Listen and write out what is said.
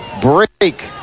break